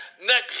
next